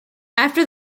after